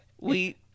We-